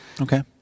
Okay